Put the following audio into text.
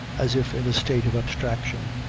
as if in a state of abstraction,